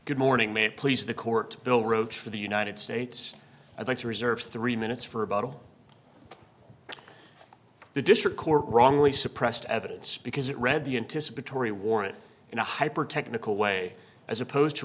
good morning may it please the court bill roache for the united states i'd like to reserve three minutes for a bottle the district court wrongly suppressed evidence because it read the intice between warrant in a hyper technical way as opposed to